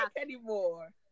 anymore